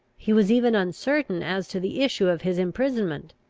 he was even uncertain as to the issue of his imprisonment,